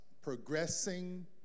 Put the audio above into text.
progressing